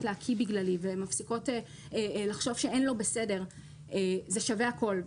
להקיא בגללי ומפסיקות לחשוב שהן לא בסדר שוות הכול.